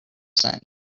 sent